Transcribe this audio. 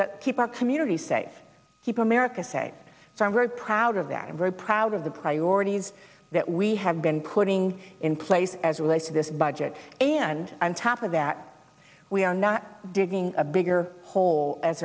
that keep our communities safe keep america safe from very proud of that and very proud of the priorities that we have been putting in place as relates to this budget and on top of that we are not digging a bigger hole as